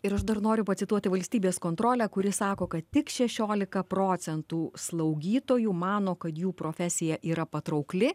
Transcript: ir aš dar noriu pacituoti valstybės kontrolę kuri sako kad tik šešiolika procentų slaugytojų mano kad jų profesija yra patraukli